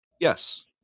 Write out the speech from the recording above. Yes